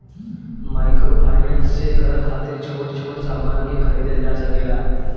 microfinance से घर खातिर छोट छोट सामान के खरीदल जा सकेला